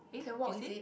can walk is it